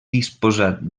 disposat